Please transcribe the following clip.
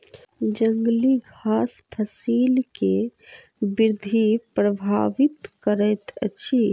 जंगली घास फसिल के वृद्धि प्रभावित करैत अछि